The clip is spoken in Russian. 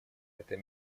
это